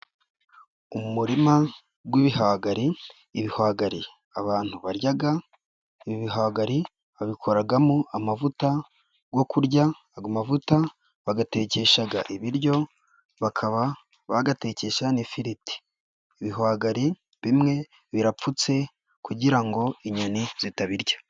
Umurima w'ibihwagari, ibihwagari abantu barya, ibi bihwagari babikoramo amavuta yo kurya, amavuta bayatekesha ibiryo, bakaba bayatekesha n'ifiriti, ibihwagari bimwe birapfutse kugira ngo inyoni zitabirya.